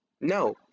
No